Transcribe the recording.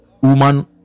woman